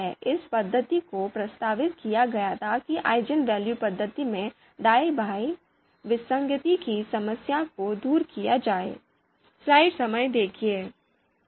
इस पद्धति को प्रस्तावित किया गया था कि आइजनवेल्यू पद्धति में दाईं बाईं विसंगति की समस्या को दूर किया जाए